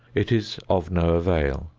it is of no avail.